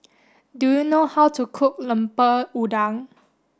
do you know how to cook Lemper Udang